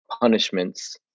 punishments